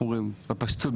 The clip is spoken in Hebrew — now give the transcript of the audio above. פשטות,